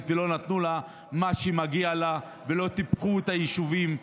ולא נתנו לה מה שמגיע לה ולא טיפחו את היישובים,